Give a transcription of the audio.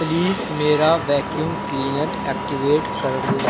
please میرا vacuum cleaner activate کر دو